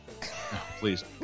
Please